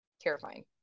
terrifying